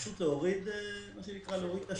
פשוט להוריד את השלטר.